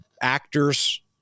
actors